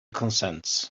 consents